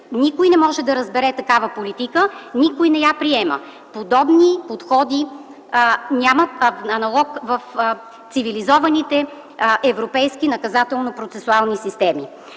Никой не може да разбере такава политика, никой не я приема. Подобни подходи нямат аналог в цивилизованите европейски наказателно-процесуални системи.